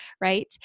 right